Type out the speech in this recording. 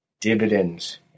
dividends